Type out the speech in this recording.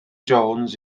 jones